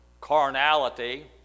carnality